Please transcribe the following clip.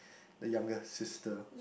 the younger sister